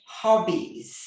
hobbies